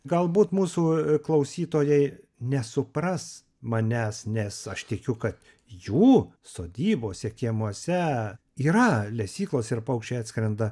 galbūt mūsų klausytojai nesupras manęs nes aš tikiu kad jų sodybose kiemuose yra lesyklos ir paukščiai atskrenda